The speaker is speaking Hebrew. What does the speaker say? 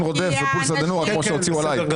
רודף או פולסא דנורא כמו שהוציאו עליי.